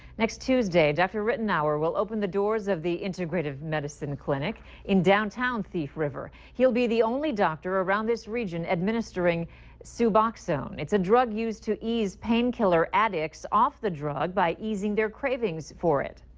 next tuesday, dr. rittenour will open the doors of the integrative medicine clinic in downtown thief river. he'll be the only doctor around this region administering suboxone. it's a drug used to ease pain killer addicts off the drug by easing their cravings for it.